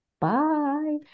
Bye